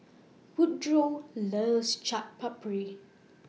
Woodroe loves Chaat Papri